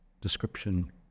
description